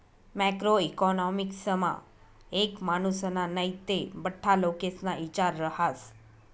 macro इकॉनॉमिक्समा एक मानुसना नै ते बठ्ठा लोकेस्ना इचार रहास